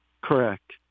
Correct